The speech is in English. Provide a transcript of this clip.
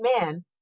man